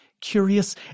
curious